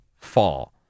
fall